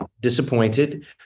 disappointed